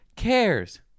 cares